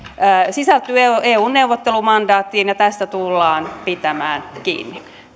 sisältyy eun eun neuvottelumandaattiin ja tästä tullaan pitämään kiinni